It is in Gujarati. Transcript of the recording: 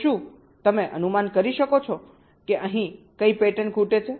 તો શું તમે અનુમાન કરી શકો છો કે અહીં કઈ પેટર્ન ખૂટે છે